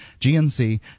GNC